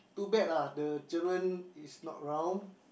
too bad lah the children is not around